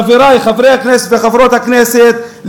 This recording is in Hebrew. חברי חברי הכנסת וחברות הכנסת,